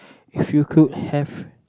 if you could have